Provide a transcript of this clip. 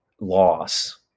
loss